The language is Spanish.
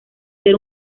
ser